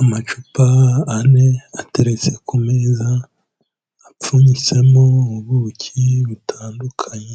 Amacupa ane ateretse ku meza apfunyitsemo ubuki butandukanye,